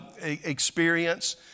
experience